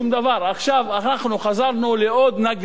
עכשיו אנחנו חזרנו לעוד נאגלה אחת,